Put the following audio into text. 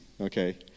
Okay